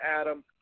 Adam